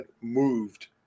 moved